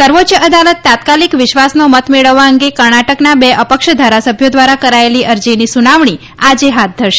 સર્વોચ્ય અદાલત તાત્કાલિક વિશ્વાસનો મત મેળવવા અંગે કર્ણાટકના બે અપક્ષ ધારાસભ્યો દ્વારા કરાચેલી અરજીની સુનાવણી આજે હાથ ધરશે